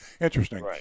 interesting